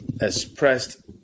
expressed